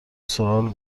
سوال